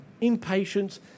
Impatience